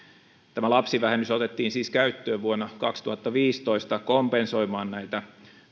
lapsivähennys otettiin siis käyttöön vuonna kaksituhattaviisitoista kompensoimaan näitä